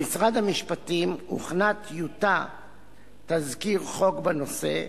במשרד המשפטים הוכנה טיוטת תזכיר חוק בנושא,